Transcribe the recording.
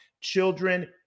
children